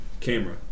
camera